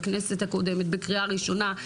בכנסת הקודמת בקריאה ראשונה.